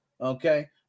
okay